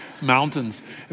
Mountains